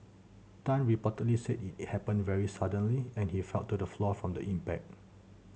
Tan reportedly said it happened very suddenly and he fell to the floor from the impact